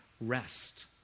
rest